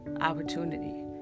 opportunity